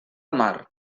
mar